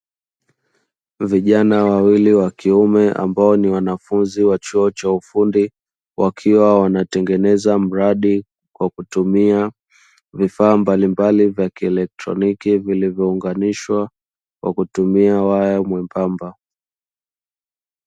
Vijana wawili wa kiume ambao ni wanafunzi wa chuo cha ufundi, wakiwa wanatengeneza mradi kwa kutumia vifaa mbalimbali vya kielektroniki, vilivyounganishwa kwa kutumia waya mwembamba.